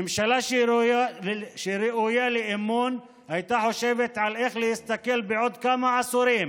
ממשלה שראויה לאמון הייתה חושבת על איך להסתכל בעוד כמה עשורים